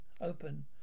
Open